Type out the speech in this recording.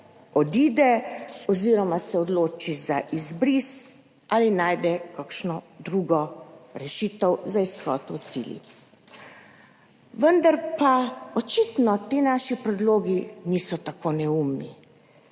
odide oziroma se odloči za izbris ali najde kakšno drugo rešitev za izhod v sili. Vendar pa očitno ti naši predlogi niso tako neumni.